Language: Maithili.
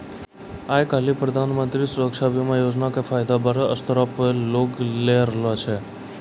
आइ काल्हि प्रधानमन्त्री सुरक्षा बीमा योजना के फायदा बड़ो स्तर पे लोग लै रहलो छै